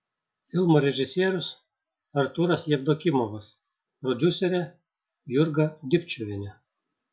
filmo režisierius artūras jevdokimovas prodiuserė jurga dikčiuvienė